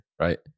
right